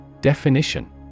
Definition